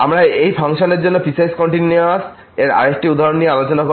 আমরা এই ফাংশনের জন্যপিসওয়াইস কন্টিনিউয়াস এর আরেকটি উদাহরণ নিয়ে আলোচনা করব যা ft1t 1